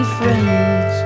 friends